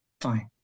Fine